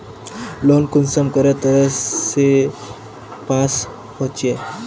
Loan कुंसम करे तरह से पास होचए?